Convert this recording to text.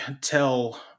tell